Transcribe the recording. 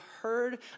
heard